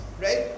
right